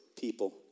people